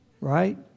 Right